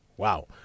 Wow